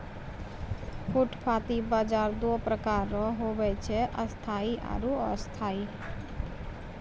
फुटपाटी बाजार दो प्रकार रो हुवै छै स्थायी आरु अस्थायी